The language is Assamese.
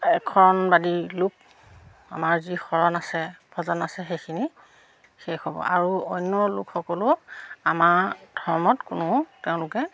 এক শৰণবাদী লোক আমাৰ যি শৰণ আছে ভজন আছে সেইখিনি শেষ হ'ব আৰু অন্য লোকসকলেও আমাৰ ধৰ্মত কোনো তেওঁলোকে